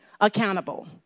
accountable